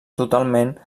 totalment